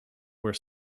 were